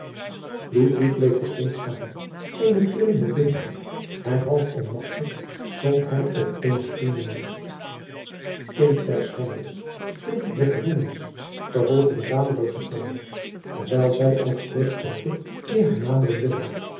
bleef versteend staan eene trilling beving hem en half onmachtig zonk hij op eenen stoel neder kind der schande kind der verdoemenis vervolgde de radeloze vrouw terwijl zij elk terugstootte die haar naderen wilde